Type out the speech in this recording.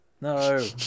No